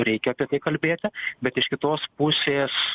reikia apie tai kalbėti bet iš kitos pusės